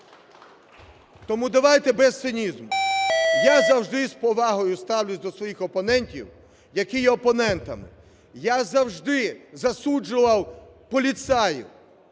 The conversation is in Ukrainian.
Тому давайте без цинізму. Я завжди з повагою ставлюся до своїх опонентів, які є опонентами. Я завжди засуджував поліцаїв.